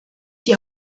die